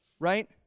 Right